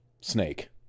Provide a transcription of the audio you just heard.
snake